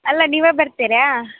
ಅಲ್ಲ ನೀವೇ ಬರ್ತೀರಾ